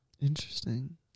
Interesting